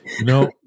no